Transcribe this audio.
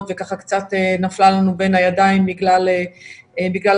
וככה קצת נפלה לנו בין הידיים בגלל הקורונה,